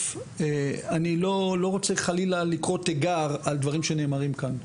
אני לא רוצה חלילה לקרוא תיגר על דברים שנאמרים כאן,